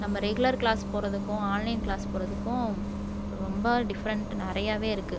நம்ம regular class போகிறதுக்கும் online class போகிறதுக்கும் ரொம்ப டிஃப்ரெண்ட் நிறையாவே இருக்குது